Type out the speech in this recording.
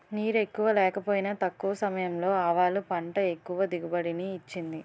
నీరెక్కువ లేకపోయినా తక్కువ సమయంలో ఆవాలు పంట ఎక్కువ దిగుబడిని ఇచ్చింది